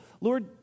Lord